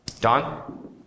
Don